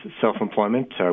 self-employment